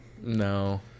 no